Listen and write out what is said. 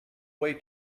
way